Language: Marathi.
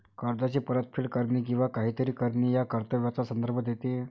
कर्जाची परतफेड करणे किंवा काहीतरी करणे या कर्तव्याचा संदर्भ देते